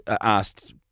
asked